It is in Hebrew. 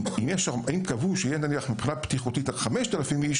אם קבעו שמבחינה בטיחותית יהיו שם עד 5,000 אנשים